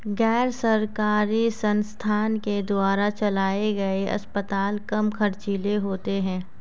गैर सरकारी संस्थान के द्वारा चलाये गए अस्पताल कम ख़र्चीले होते हैं